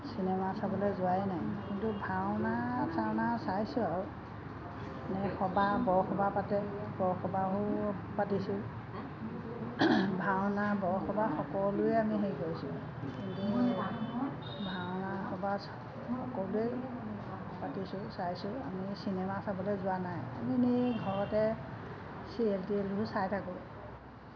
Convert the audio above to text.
cinema চাবলৈ যোৱাই নাই কিন্তু ভাওনা চাওনা চাইছোঁ আৰু এনে সবাহ বৰসবাহ পাতে বৰসবাহো পাতিছোঁ ভাওনা বৰসবাহ সকলোৱে আমি হেৰি কৰিছোঁ ভাওনা সবাহ সকলোৱে পাতিছোঁ চাইছোঁ আমি চিনেমা চাবলৈ যোৱা নাই আমি এনে ঘৰতে ছিৰিয়েল টিৰিয়েলবোৰ চাই থাকোঁ